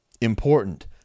important